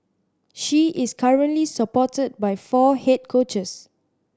she is currently supported by four head coaches